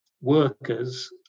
workers